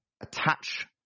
attach